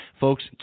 Folks